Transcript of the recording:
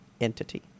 entity